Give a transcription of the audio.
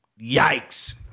yikes